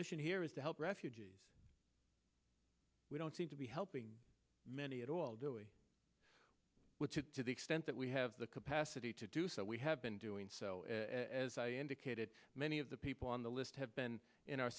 mission here is to help refugees we don't seem to be helping many at all do we to the extent that we have the capacity to do so we have been doing so as i indicated many of the people on the list have been in our